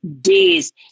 days